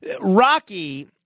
Rocky